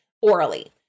orally